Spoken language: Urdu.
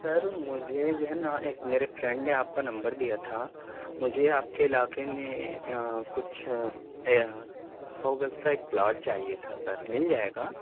سر مجھے جو ہے نا ایک میرے فرینڈ نے آپ کا نمبر دیا تھا مجھے آپ کے علاقے میں کچھ سو گز کا ایک پلاٹ چاہیے تھا سر مل جائے گا